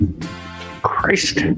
Christ